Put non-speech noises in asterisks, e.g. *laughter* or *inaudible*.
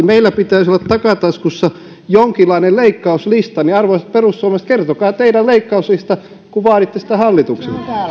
*unintelligible* meillä pitäisi olla takataskussa jonkinlainen leikkauslista arvoisat perussuomalaiset kertokaa teidän leikkauslistanne kun vaaditte sitä